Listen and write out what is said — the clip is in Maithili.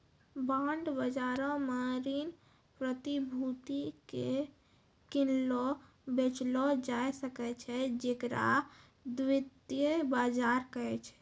बांड बजारो मे ऋण प्रतिभूति के किनलो बेचलो जाय सकै छै जेकरा द्वितीय बजार कहै छै